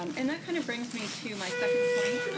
um and that kind of brings me to my second point.